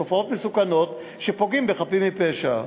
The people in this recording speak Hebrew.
תופעות מסוכנות שפוגעות בחפים מפשע.